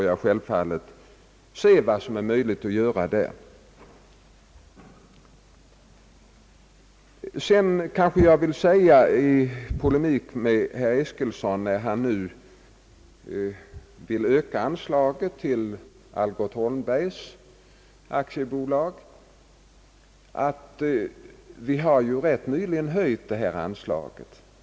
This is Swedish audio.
Jag vill sedan gå i polemik med herr Eskilsson, när han nu vill öka anslaget till Algot Holmberg & Söner AB. Vi har ganska nyligen höjt detta anslag.